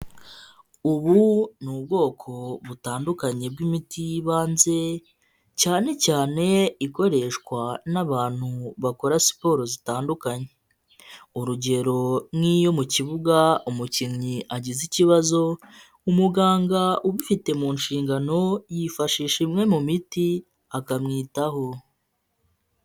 Ubu ni ubwoko butandukanye bw'imiti y'ibanze cyane cyane ikoreshwa n'abantu bakora siporo zitandukanye, urugero: n'iyo mu kibuga umukinnyi agize ikibazo umuganga ubifite mu nshingano yifashisha imwe mu miti akamwitaho.